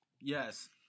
Yes